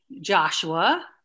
Joshua